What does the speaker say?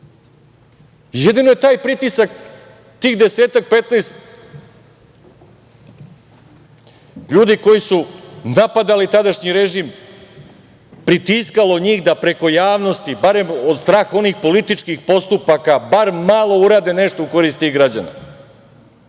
jedino je taj pritisak, tih desetak, petnaestak ljudi koji su napadali tadašnji režim, pritiskalo njih da preko javnosti, barem od straha onih političkih postupaka, bar malo urade nešto u korist tih građana. Čak